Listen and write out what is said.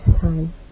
time